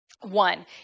one